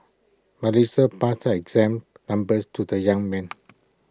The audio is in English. Melissa passed her exam numbers to the young man